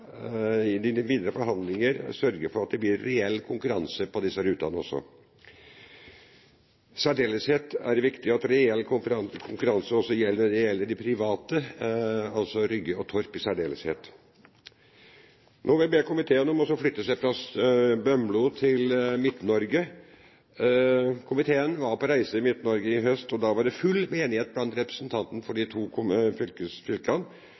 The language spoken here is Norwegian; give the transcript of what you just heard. videre forhandlingene sørger for at det blir reell konkurranse på disse rutene. Reell konkurranse er viktig også for de private flyplassene, i særdeleshet for Rygge og Torp. Nå vil jeg be komiteen om å flytte seg fra Bømlo til Midt-Norge. Komiteen var på reise i Midt-Norge i høst. Da var det full enighet blant representantene for de